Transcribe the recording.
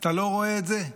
אתה לא רואה את זה?